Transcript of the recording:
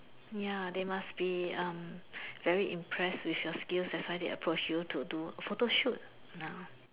ya they must be um very impressed with your skills that's why they approach you to do photoshoot now